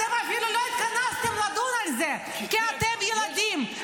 אתם אפילו לא התכנסתם לדון בזה, כי אתם ילדים.